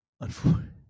unfortunately